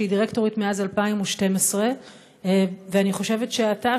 שהיא דירקטורית מאז 2012. אני חושבת שאתה,